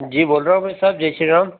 जी बोल रहा हूँ भाई साहब जय श्रीराम